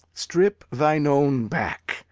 strip thine own back.